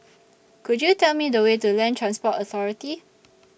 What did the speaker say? Could YOU Tell Me The Way to Land Transport Authority